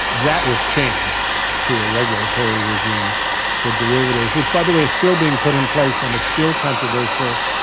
that was changed to a regulatory regime for derivatives which, by the way, is still being put in place and is still controversial,